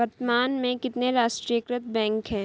वर्तमान में कितने राष्ट्रीयकृत बैंक है?